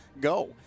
go